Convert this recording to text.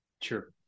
Sure